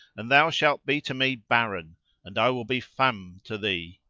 and thou shalt be to me baron and i will be femme to thee.